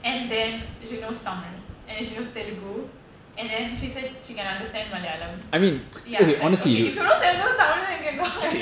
and then she knows tamil and then she knows Telugu and then she said she can understand Malayalam ya like okay if you know tamil Malayalam Telugu